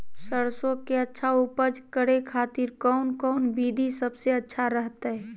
सरसों के अच्छा उपज करे खातिर कौन कौन विधि सबसे अच्छा रहतय?